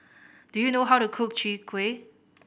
do you know how to cook Chwee Kueh